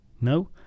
No